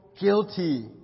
guilty